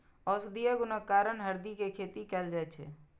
औषधीय गुणक कारण हरदि के खेती कैल जाइ छै